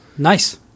nice